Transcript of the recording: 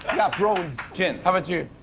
got bronze. jin, how about you?